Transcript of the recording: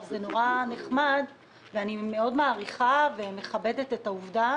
זה נחמד ואני מעריכה מאוד ומכבדת את העובדה